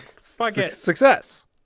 Success